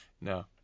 No